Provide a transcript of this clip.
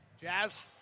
Jazz